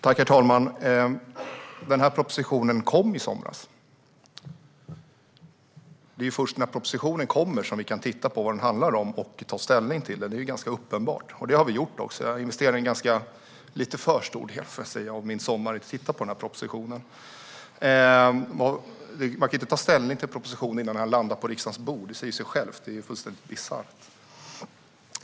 Herr talman! Propositionen kom i somras. Det är ju först när en proposition kommer som vi kan se vad den handlar om och ta ställning till den, vilket är ganska uppenbart. Det har vi gjort också. Jag kan säga att jag har ägnat en lite för stor del av min sommar åt att läsa propositionen. Det säger sig självt att man inte kan ta ställning till en proposition innan den har landat på riksdagens bord. Det vore fullständigt bisarrt.